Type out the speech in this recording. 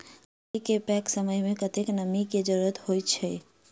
मकई केँ पकै समय मे कतेक नमी केँ जरूरत होइ छै?